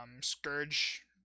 Scourge